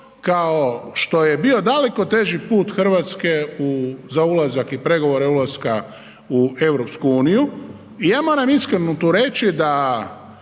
kao što je bio daleko teži put Hrvatske za ulazak i pregovore ulaska u EU i ja moram tu iskreno reći da